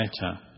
better